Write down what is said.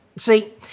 See